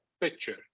picture